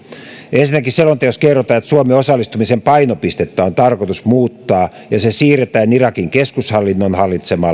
ensinnäkin selonteossa kerrotaan että suomen osallistumisen painopistettä on tarkoitus muuttaa ja se siirretään irakin keskushallinnon hallitsemalle alueelle erbiliin